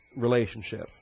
relationship